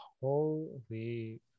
Holy